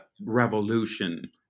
revolution